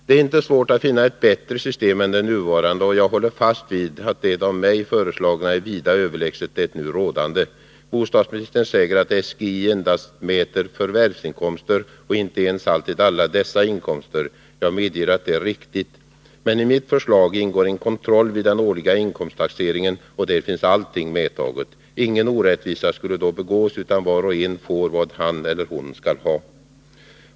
Det är inte svårt att finna ett bättre system än det nuvarande, och jag håller fast vid att det av mig föreslagna är vida överlägset det nu rådande. Bostadsministern säger att SGI endast mäter förvärvsinkomster — och inte ensaalltid alla dessa inkomster. Jag medger att det är riktigt, men i mitt förslag ingår en kontroll vid den årliga inkomsttaxeringen, och där finns allting medtaget. Ingen orättvisa skulle då begås, utan var och en skulle få vad han eller hon skall ha.